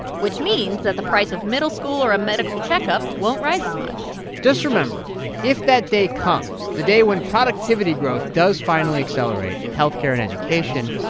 which means that the price of middle school or a medical checkup won't rise as much just remember if that day comes, the day when productivity growth does finally accelerate in health care and education,